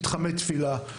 מתחמי תפילה,